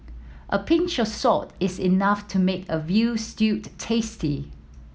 a pinch of salt is enough to make a veal stew tasty